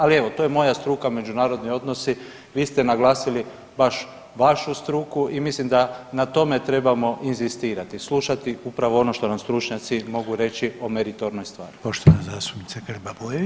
Ali evo to je moja struka, međunarodni odnosi, vi ste naglasili baš vašu struku i mislim da na tome trebamo inzistirati, slušati upravo ono što nam stručnjaci mogu reći o meritornoj stvari.